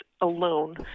alone